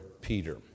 Peter